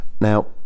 Now